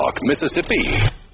Mississippi